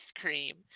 cream